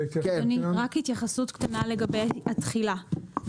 רק התייחסות קטנה לגבי התחילה,